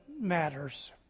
matters